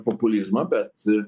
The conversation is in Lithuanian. populizmą bet